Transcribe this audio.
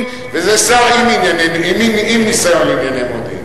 וזה שר עם ניסיון לענייני מודיעין.